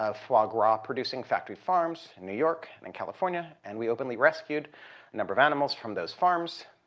ah foie ah gras-producing factory farms in new york and in california and we openly rescued a number of animals from those farms.